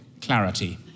Clarity